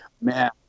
man